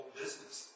business